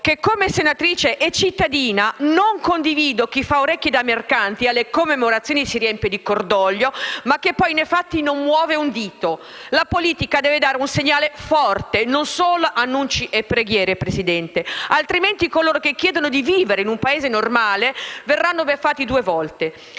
che come senatrice e cittadina non condivido chi fa orecchie da mercante e alle commemorazioni si riempie di cordoglio, ma poi nei fatti non muove un dito. La politica deve dare un segnale forte e non solo fare annunci e preghiere, signora Presidente. Altrimenti, coloro che chiedono di vivere in un Paese normale verranno beffati due volte.